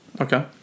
Okay